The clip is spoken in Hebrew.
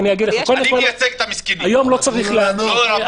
אני מייצג את המסכנים ולא את הרמאים.